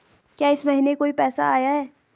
क्या इस महीने कोई पैसा आया है?